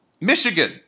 Michigan